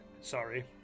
sorry